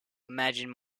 imagined